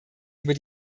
über